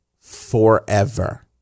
forever